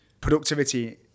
productivity